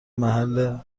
محل